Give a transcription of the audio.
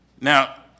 Now